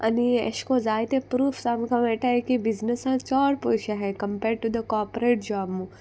आनी एशेकोन्न जायते प्रुफ्स आमकां मेळटाय की बिजनसां चोड पोयश आहाय compared to the corporate job मू